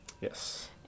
Yes